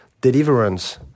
Deliverance